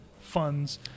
funds